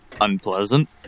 unpleasant